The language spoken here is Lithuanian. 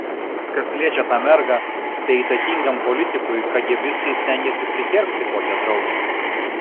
kas liečia tą mergą tai įtakingam politikui kagėbistai stengiasi prikergti kokią draugę